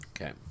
Okay